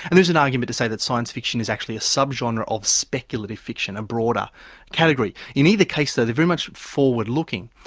and an argument to say that science fiction is actually a sub-genre of speculative fiction, a broader category. in either case though, they're very much forward-looking.